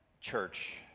church